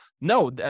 no